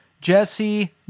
Jesse